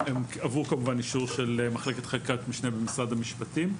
הן עברו כמובן אישור של מחלקת חקיקת משנה במשרד המשפטים.